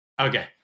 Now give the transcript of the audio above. Okay